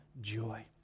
joy